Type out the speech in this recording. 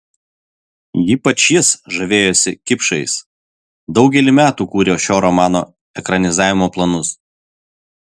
ypač jis žavėjosi kipšais daugelį metų kūrė šio romano ekranizavimo planus